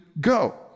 go